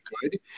good